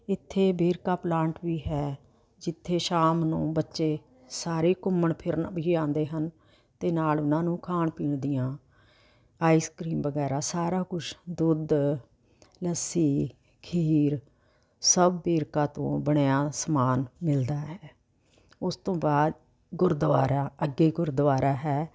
ਇੱਥੇ ਵੇਰਕਾ ਪਲਾਂਟ ਵੀ ਹੈ ਜਿੱਥੇ ਸ਼ਾਮ ਨੂੰ ਬੱਚੇ ਸਾਰੇ ਘੁੰਮਣ ਫਿਰਨ ਵੀ ਆਉਂਦੇ ਹਨ ਅਤੇ ਨਾਲ ਉਹਨਾਂ ਨੂੰ ਖਾਣ ਪੀਣ ਦੀਆਂ ਆਇਸਕਰੀਮ ਵਗੈਰਾ ਸਾਰਾ ਕੁਛ ਦੁੱਧ ਲੱਸੀ ਖੀਰ ਸਭ ਵੇਰਕਾ ਤੋਂ ਬਣਿਆ ਸਮਾਨ ਮਿਲਦਾ ਹੈ ਉਸ ਤੋਂ ਬਾਅਦ ਗੁਰਦੁਆਰਾ ਅੱਗੇ ਗੁਰਦੁਆਰਾ ਹੈ